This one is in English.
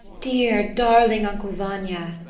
dear, darling uncle vanya.